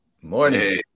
morning